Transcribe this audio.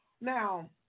Now